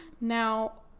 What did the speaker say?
Now